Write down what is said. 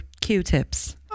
Q-tips